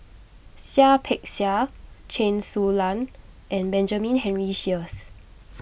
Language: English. Seah Peck Seah Chen Su Lan and Benjamin Henry Sheares